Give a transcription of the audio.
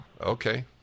Okay